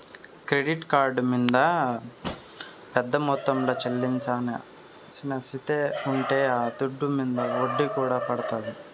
credit card మింద పెద్ద మొత్తంల చెల్లించాల్సిన స్తితే ఉంటే ఆ దుడ్డు మింద ఒడ్డీ కూడా పడతాది